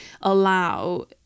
allow